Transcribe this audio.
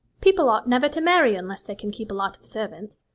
people ought never to marry unless they can keep a lot of servants.